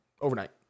overnight